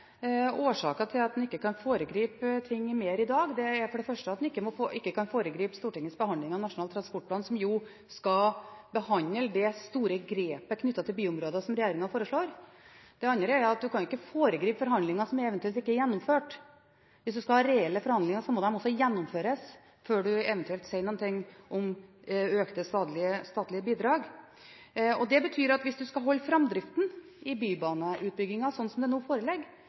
til at en ikke kan foregripe ting mer i dag. For det første kan en ikke foregripe Stortingets behandling av Nasjonal transportplan, der jo det store grepet som regjeringen foreslår knyttet til byområder, skal behandles. For det andre kan du ikke foregripe forhandlinger som eventuelt ikke er gjennomført. Hvis du skal ha reelle forhandlinger, må de også gjennomføres før en eventuelt sier noe om økte statlige bidrag. Det betyr at hvis en skal holde framdriften i bybaneutbyggingen slik den nå ligger, så er det forslaget som i dag kommer til å bli vedtatt, det